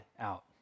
out